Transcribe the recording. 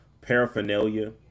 paraphernalia